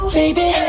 baby